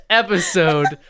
episode